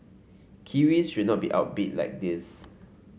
Kiwis should not be outbid like this